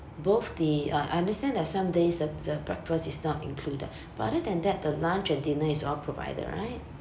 both the uh I understand that some days the the breakfast is not included but other than that the lunch and dinner is all provided right